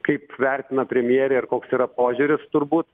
kaip vertina premjerė ir koks yra požiūris turbūt